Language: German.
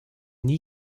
nie